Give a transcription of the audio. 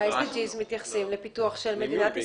ה- SDGsמתייחסים לפיתוח של מדינת ישראל.